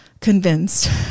convinced